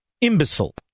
imbecile